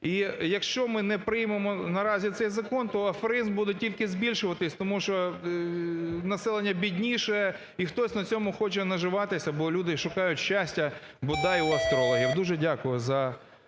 І, якщо ми не приймемо, наразі, цей закон, то аферизм буде тільки збільшуватись, тому що населення бідніше, і хтось на цьому хоче наживатися, бо люди шукають щастя бодай у астрологів. Дуже дякую за